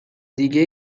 دیگه